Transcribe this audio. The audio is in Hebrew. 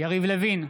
יריב לוין,